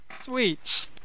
sweet